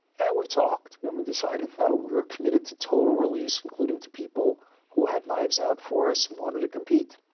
and we talked and we decided, no, we were committed to total release, including to people who had knives out for us and wanted to compete.